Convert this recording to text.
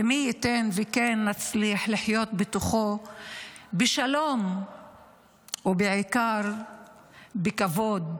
ומי ייתן ונצליח לחיות בו בשלום ובעיקר בכבוד